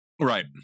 Right